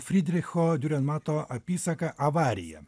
frydricho diurenmato apysaka avarija